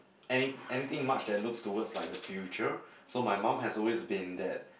any anything much that looks towards like the future so my mum has always been that